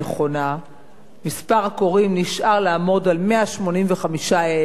מספר הקוראים נשאר לעמוד על 185,000 משקי-בית,